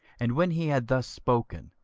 and when he had thus spoken,